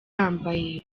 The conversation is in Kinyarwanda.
yambaye